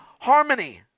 harmony